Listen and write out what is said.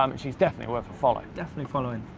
um and she's definitely worth a follow. definitely following.